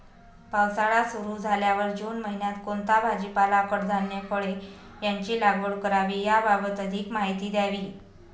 पावसाळा सुरु झाल्यावर जून महिन्यात कोणता भाजीपाला, कडधान्य, फळे यांची लागवड करावी याबाबत अधिक माहिती द्यावी?